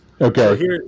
Okay